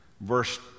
Verse